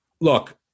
Look